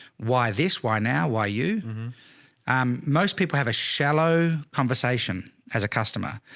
why this, why now, why you um most people have a shallow conversation as a customer.